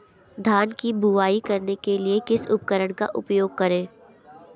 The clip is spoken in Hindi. धान की बुवाई करने के लिए किस उपकरण का उपयोग करें?